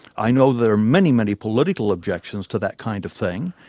i know there are many, many political objections to that kind of thing,